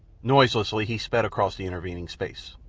noiselessly he sped across the intervening space.